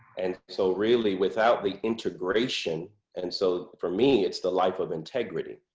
and so really without the integration and so for me it's the life of integrity.